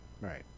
right